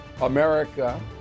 America